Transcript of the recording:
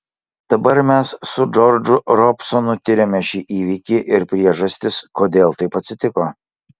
dabar mes su džordžu robsonu tiriame šį įvykį ir priežastis kodėl taip atsitiko